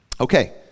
Okay